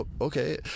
okay